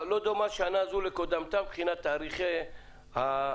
לא דומה שנה זו לקודמתה מבחינת תאריכי הפרסום,